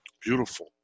Beautiful